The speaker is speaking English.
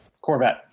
Corvette